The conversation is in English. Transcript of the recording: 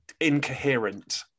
incoherent